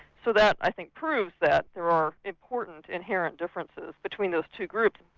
so that i think proves that there are important inherent differences between those two groups.